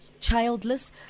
childless